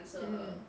mm hmm